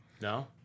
No